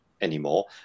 anymore